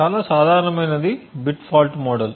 చాలా సాధారణమైనది bit fault model